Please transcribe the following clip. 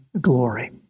glory